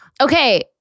Okay